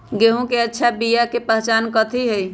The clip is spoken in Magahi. गेंहू के अच्छा बिया के पहचान कथि हई?